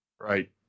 Right